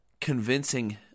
convincing